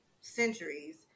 centuries